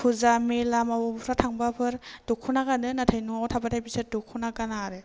फुजा मेला माबावबाफोर थांबाफोर दख'ना गानो नाथाय न'आव थाबाथाय बिसोर दख'ना गाना आरो